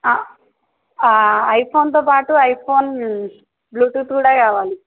ఐఫోన్తో పాటు iPhone Bluetooth కూడా కావాలి